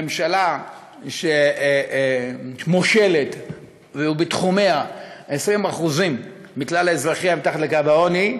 ממשלה שמושלת ובתחומיה 20% מכלל אזרחיה מתחת לקו העוני,